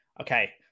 okay